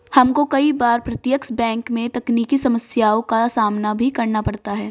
हमको कई बार प्रत्यक्ष बैंक में तकनीकी समस्याओं का सामना भी करना पड़ता है